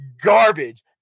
garbage